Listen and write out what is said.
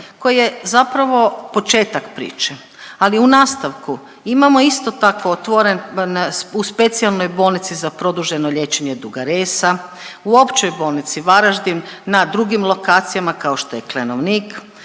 koji je zapravo početak priče, ali u nastavku imamo isto tako otvoren u Specijalnoj bolnici za produženo liječenje Duga Resa, u Općoj bolnici Varaždin, na drugim lokacijama kao što je Klenovnik,